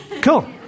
Cool